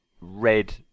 red